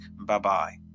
Bye-bye